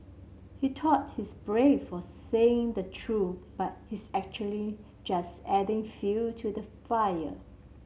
he thought he's brave for saying the truth but he's actually just adding fuel to the fire